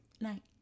Night